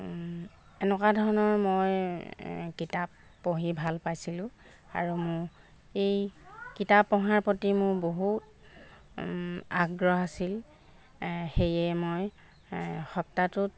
এনেকুৱা ধৰণৰ মই কিতাপ পঢ়ি ভাল পাইছিলোঁ আৰু মোৰ এই কিতাপ পঢ়াৰ প্ৰতি মোৰ বহুত আগ্ৰহ আছিল সেইয়ে মই সপ্তাহটোত